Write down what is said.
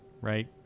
right